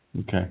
Okay